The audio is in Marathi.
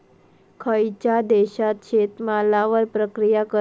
खयच्या देशात शेतमालावर प्रक्रिया करतत?